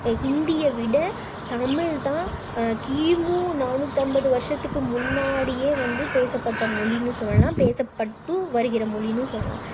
இந்திய விட தமிழ் தான் கிமு நானூற்றைம்பது வருடத்துக்கு முன்னாடியே வந்து பேசப்பட்ட மொழின்னு சொல்லலாம் பேசப்பட்டும் வருகிற மொழின்னும் சொல்லலாம்